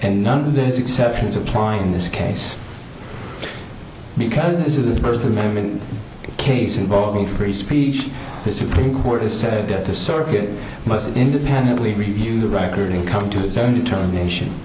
and none of these exceptions apply in this case because this is the first amendment case involving free speech the supreme court has said that the circuit must independently review the record and come to its own determination